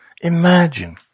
imagine